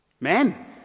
Men